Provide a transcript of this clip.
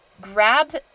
grab